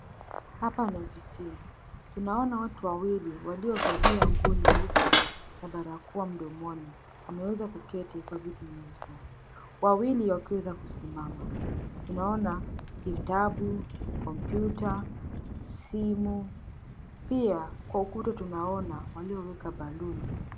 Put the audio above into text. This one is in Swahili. Hapa ni ofisini. Tunaona watu wawili waliovalia nguo nyeupe na barakoa mdomoni, wameweza kuketi kwa viti nyeusi, wawili wakiweza kusimama. Tunaona kitabu kompyuta, simu, pia kwa ukuta tunaona walioweka baluni.